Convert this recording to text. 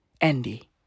Andy